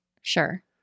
Sure